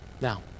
Now